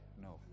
No